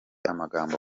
amagambo